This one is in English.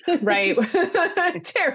right